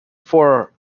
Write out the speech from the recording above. for